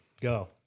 Go